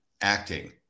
acting